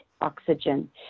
oxygen